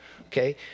Okay